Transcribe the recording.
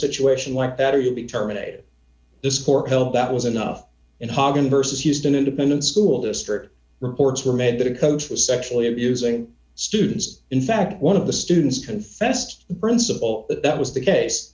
situation like that or you'll be terminated this court held that was enough and haagen versus houston independent school district reports were made that a coach was sexually abusing students in fact one of the students confessed principal that was the case